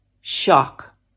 shock